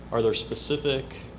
are there specific